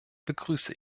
begrüße